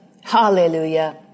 hallelujah